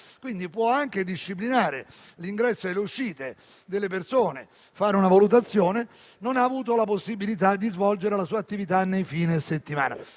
quindi può anche disciplinare l'ingresso e le uscite delle persone e fare una valutazione, non ha avuto la possibilità di svolgere la sua attività nei fine settimana.